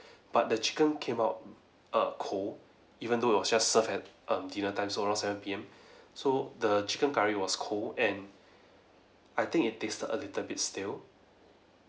but the chicken came out err cold even though it was just serve at um dinner time so around seven P_M so the chicken curry was cold and I think it tasted a little bit stale